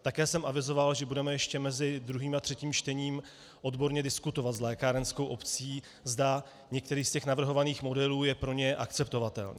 Také jsem avizoval, že budeme ještě mezi druhým a třetím čtením odborně diskutovat s lékárenskou obcí, zda některý z navrhovaných modelů je pro ně akceptovatelný.